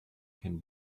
can